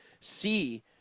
see